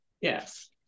Yes